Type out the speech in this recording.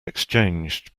exchanged